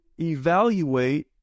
evaluate